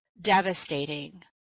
devastating